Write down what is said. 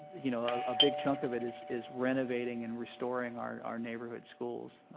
you know, a ah big chunk of it is is renovating and restoring our neighborhood schools.